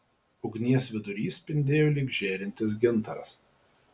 ugnies vidurys spindėjo lyg žėrintis gintaras